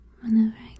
whenever